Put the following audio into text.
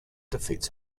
defeats